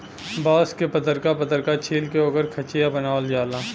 बांस के पतरका पतरका छील के ओकर खचिया बनावल जाला